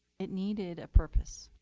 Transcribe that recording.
it needed a purpose.